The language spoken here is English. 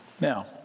Now